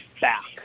back